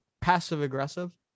passive-aggressive